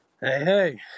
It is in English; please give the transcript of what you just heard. hey